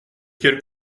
quelle